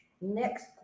Next